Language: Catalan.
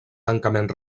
tancament